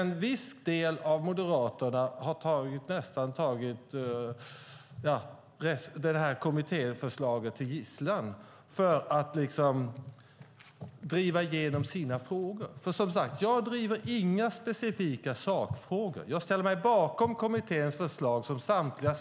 En viss del av Moderaterna har tagit kommittéförslaget som gisslan för att driva igenom sina frågor. Jag driver inga specifika sakfrågor. Jag ställer mig bakom kommitténs förslag som samtliga